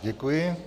Děkuji.